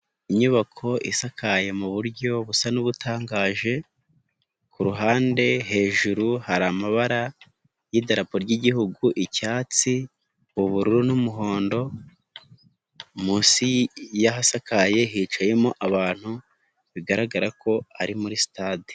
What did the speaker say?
Inyubako isakaye mu buryo busa nubutangaje, ku ruhande hejuru hari amabara y'idarapo ry'Igihugu icyatsi, ubururu n'umuhondo munsi yahasakaye hicayemo abantu bigaragara ko ari muri sitade.